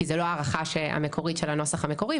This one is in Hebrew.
כי זה לא ההערכה המקורית של הנוסח המקורי,